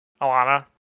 Alana